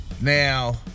Now